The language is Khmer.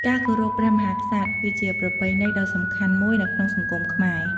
ការគោរពព្រះមហាក្សត្រ គឺជាប្រពៃណីដ៏សំខាន់មួយនៅក្នុងសង្គមខ្មែរ។